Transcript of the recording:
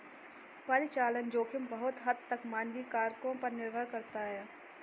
परिचालन जोखिम बहुत हद तक मानवीय कारकों पर निर्भर करता है